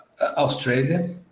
Australia